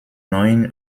neun